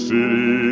City